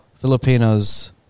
filipinos